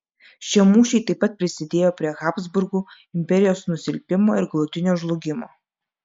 šie mūšiai taip pat prisidėjo prie habsburgų imperijos nusilpimo ir galutinio žlugimo